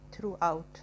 Throughout